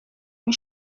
une